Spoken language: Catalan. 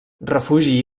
refugi